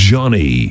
Johnny